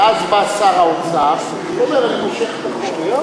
ואז בא שר האוצר ואומר: אני מושך את החוק?